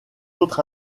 autres